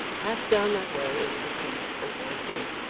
pass down that way into the street, and so escape.